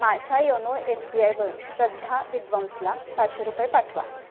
माझ्या YONO S B आयवरून श्रद्धा विद्वांसला पाचशे रुपये पाठवा